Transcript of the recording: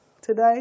today